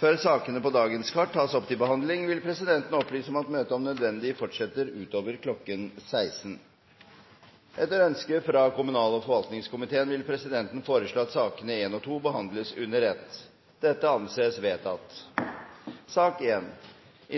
Før sakene på dagens kart tas opp til behandling, vil presidenten opplyse om at møtet om nødvendig fortsetter utover kl. 16. Etter ønske fra kommunal- og forvaltningskomiteen vil presidenten foreslå at sakene nr. 1–2 behandles under ett. – Det anses vedtatt. Etter